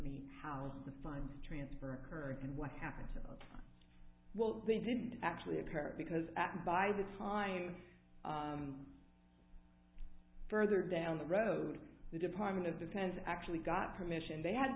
me how the funds transfer current and what happened to well they didn't actually occur because by the time further down the road the department of defense actually got permission they had